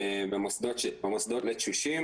במוסדות לקשישים,